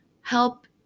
help